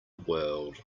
world